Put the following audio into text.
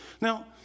Now